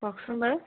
কওকচোন বাৰু